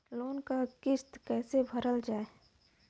Loan क किस्त कैसे भरल जाए?